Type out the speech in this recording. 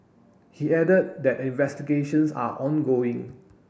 he added that investigations are ongoing